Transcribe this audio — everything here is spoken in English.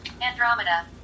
andromeda